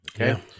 Okay